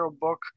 book